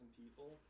people